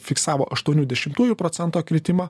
fiksavo aštuonių dešimtųjų procento kvitimą